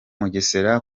mugesera